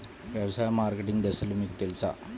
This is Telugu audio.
వ్యవసాయ మార్కెటింగ్ దశలు మీకు తెలుసా?